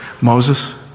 Moses